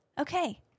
okay